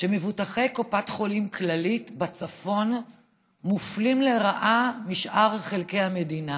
מבוטחי קופת חולים כללית בצפון מופלים לרעה לעומת שאר חלקי המדינה,